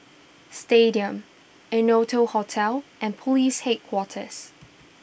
Stadium Innotel Hotel and Police Headquarters